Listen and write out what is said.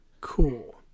cool